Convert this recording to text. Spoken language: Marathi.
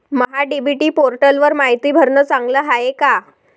महा डी.बी.टी पोर्टलवर मायती भरनं चांगलं हाये का?